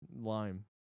lime